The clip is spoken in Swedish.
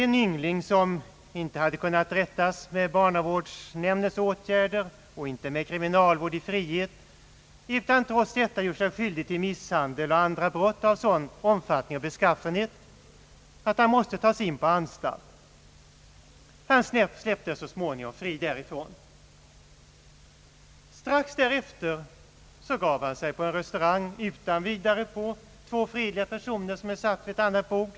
En yngling som inte hade kunnat rättas med barnavårdsnämndens åtgärder och inte med kriminalvård i frihet gjorde sig skyldig till misshandel och andra brott av sådan omfattning och beskaffenhet att han måste tas in på anstalt. Han släpptes så småningom fri därifrån. Strax därefter gav han sig vid ett restaurangbesök utan vidare på två fredliga personer, som satt vid ett annat bord.